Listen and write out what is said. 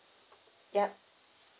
ya